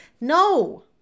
No